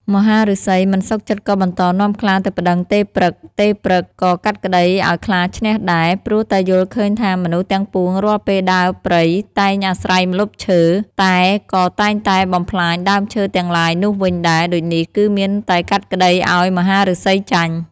មហាឫសីមិនសុខចិត្តក៏បន្តនាំខ្លាទៅប្តឹងទេព្រឹក្ស ទេព្រឹក្សក៏កាត់ក្តីឱ្យខ្លាឈ្នះដែរ ព្រោះតែយល់ឃើញថាមនុស្សទាំងពួងរាល់ពេលដើរព្រៃតែងអាស្រ័យម្លប់ឈើ តែក៏តែតែងបំផ្លាញដើមឈើទាំងឡាយនោះវិញដែរ ដូចនេះគឺមានតែកាត់ក្តីឱ្យមហាឫសីចាញ់។